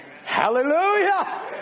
Hallelujah